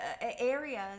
areas